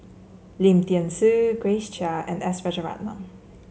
Lim Thean Soo Grace Chia and S Rajaratnam